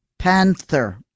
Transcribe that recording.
Panther